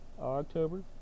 October